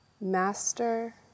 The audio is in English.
master